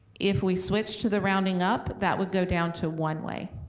if we switched to the rounding up, that would go down to one way.